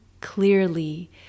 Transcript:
clearly